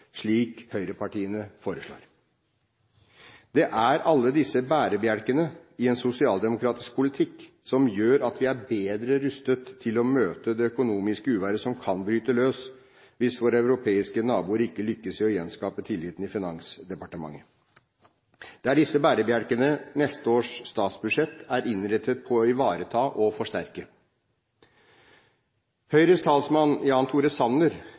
slik høyrepartiene foreslår. Det er alle disse bærebjelkene i en sosialdemokratisk politikk som gjør at vi er bedre rustet til å møte det økonomiske uværet som kan bryte løs hvis våre europeiske naboer ikke lykkes i å gjenskape tilliten i finansmarkedet. Det er disse bærebjelkene neste års statsbudsjett er innrettet på å ivareta og forsterke. Høyres talsmann, Jan Tore Sanner,